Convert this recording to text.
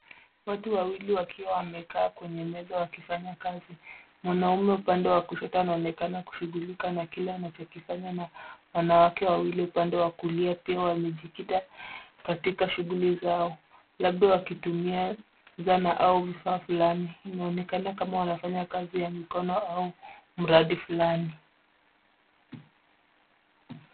Watu wawili wakiwa wamekaa kwenye meza wakifanya kazi. Mwanaume upande wa kushoto anaonekana kushughulika na kile anachokifanya na wanawake wawili upande wa kulia pia wamejikita katika shughuli zao, labda wakitumia zana au vifaa fulani. Inaonekana kama wanafanya kazi ya mikono au mradi fulani.